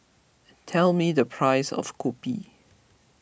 tell me the price of Kopi